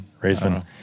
Raisman